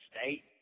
state